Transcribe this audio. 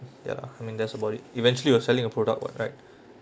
ya I mean that's about it eventually we're selling a product [what] right